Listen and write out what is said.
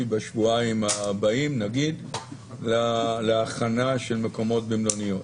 בשבועיים הבאים להכנה של מקומות במלוניות?